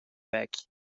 wijk